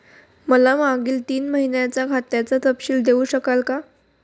मला मागील तीन महिन्यांचा खात्याचा तपशील देऊ शकाल का?